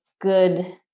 good